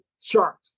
sharks